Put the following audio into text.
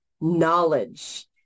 knowledge